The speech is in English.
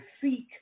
seek